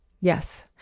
Yes